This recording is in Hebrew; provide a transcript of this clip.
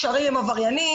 קשרים עם עבריינים,